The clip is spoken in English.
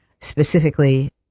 specifically